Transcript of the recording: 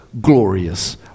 glorious